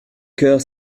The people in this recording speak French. coeur